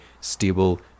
stable